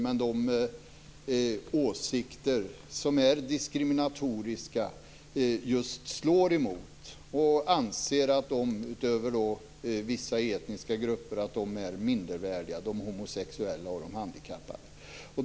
Man anser att de homosexuella och de handikappade, utöver vissa etniska grupper, är mindervärdiga.